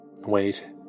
wait